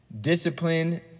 discipline